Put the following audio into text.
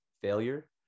failure